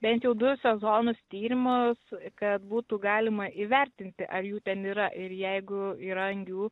bent jau du sezonus tyrimus kad būtų galima įvertinti ar jų ten yra ir jeigu yra angių